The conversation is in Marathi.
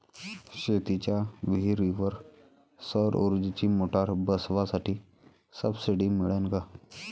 शेतीच्या विहीरीवर सौर ऊर्जेची मोटार बसवासाठी सबसीडी मिळन का?